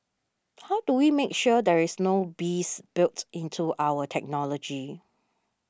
how do we make sure there is no bis built into our technology